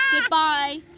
goodbye